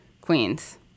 queens